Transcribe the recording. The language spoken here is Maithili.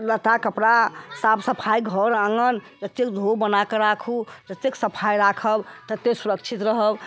लत्ता कपड़ा साफ सफाइ घर आँगन जतेक धो बना कऽ राखू जतेक सफाइ राखब ततेक सुरक्षित रहब